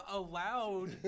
allowed